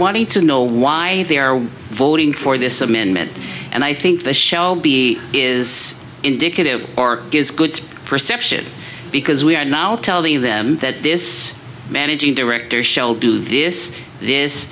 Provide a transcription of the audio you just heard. wanting to know why they are voting for this amendment and i think the shelby is indicative or is good perception because we are now telling them that this managing director shall do this it is